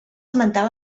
esmentar